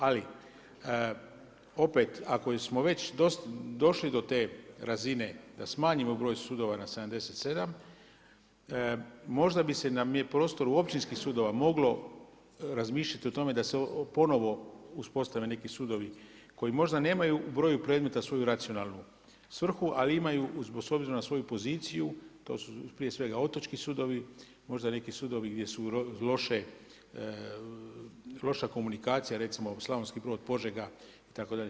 Ali opet ako smo već došli do te razine da smanjimo broj sudova na 77 možda bi se na prostoru Općinskih sudova moglo razmišljati o tome da se ponovo uspostave neki sudovi koji možda nemaju u broju predmeta svoju racionalnu svrhu, ali imaju s obzirom na svoju poziciju to su prije svega otočki sudovi, možda neki sudovi gdje su loša komunikacija recimo Slavonski Brod, Požega itd.